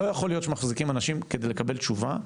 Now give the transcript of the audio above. לא יכול להיות שמחזיקים אנשים כדי לקבל תשובה,